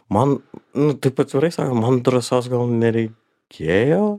man nu taip atvirai sakant man drąsos gal nereikėjo